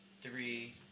three